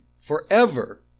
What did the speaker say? forever